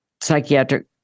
psychiatric